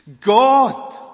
God